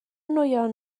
nwyon